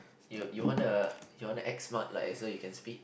you you wanna you wanna act smart like as though you can speak